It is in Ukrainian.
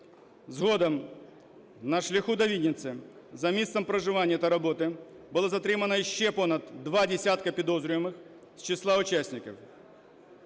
Згодом на шляху до Вінниці за місцем проживання та роботи було затримано ще понад два десятки підозрюваних з числа учасників.